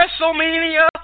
WrestleMania